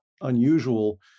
unusual